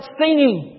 singing